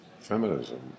feminism